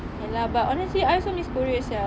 ya lah but honestly I also miss korea sia